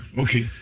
okay